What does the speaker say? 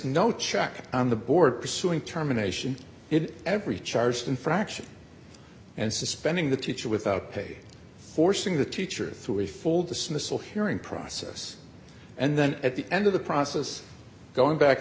no check on the board pursuing terminations in every charge infraction and suspending the teacher without pay forcing the teacher through a full dismissal hearing process and then at the end of the process going back